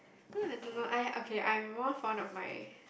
no lah I don't know I okay I'm more fond of my